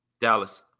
Dallas